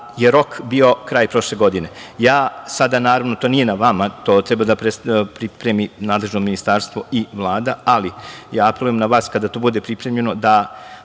je rok bio kraj prošle godine. Sada, naravno, to nije na vama, to treba da pripremi nadležno ministarstvo i Vlada, ali apelujem na vas da kada to bude pripremljeno da